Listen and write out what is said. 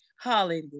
Hallelujah